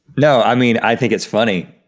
no i mean, i think it's funny.